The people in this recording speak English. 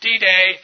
D-Day